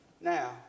Now